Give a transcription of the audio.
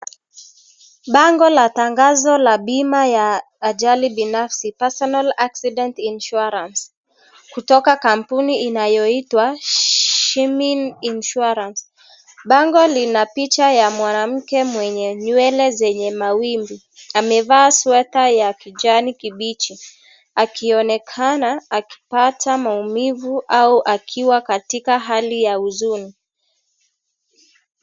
Bango la tangazo ya bima ya ajali binafsi. Personal Accident Insurance. Kutoka kampuni inayoitwa Shimin Insurance. Bango lina picha ya mwanamke mwenye nywele zenye mawimbi. Amevaa Sweta ya kijani kibichi. Akiona alipata maumivu au akiwa katika hali ya huzuni.